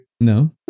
No